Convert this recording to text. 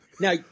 Now